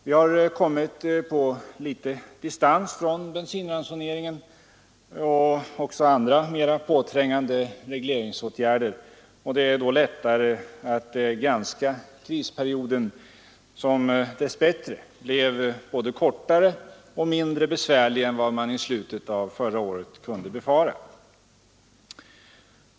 Vi har kommit på litet distans från bensinransoneringen och även andra mera påträngande regleringsåtgärder, och det är då lättare att granska krisperioden, som dess bättre blev både kortare och mindre besvärlig än vad man i slutet av förra året kunde befara.